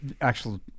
actual